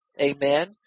Amen